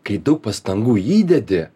kai daug pastangų įdedi